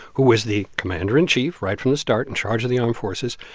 who was the commander in chief right from the start, in charge of the armed forces,